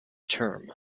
term